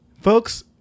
Folks